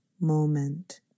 moment